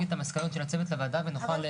את המסקנות של הצוות לוועדה ונוכל ליישם את זה.